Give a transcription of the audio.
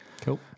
Cool